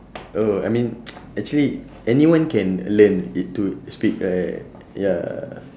oh I mean actually anyone can learn it to speak right ya